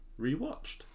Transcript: rewatched